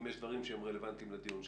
אם יש דברים שהם רלוונטיים לדיון שלנו.